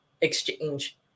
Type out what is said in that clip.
exchange